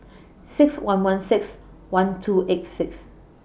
six one one six one two eight six